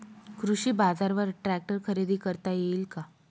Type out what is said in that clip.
कृषी बाजारवर ट्रॅक्टर खरेदी करता येईल का?